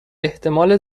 احتمال